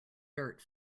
dirt